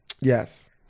Yes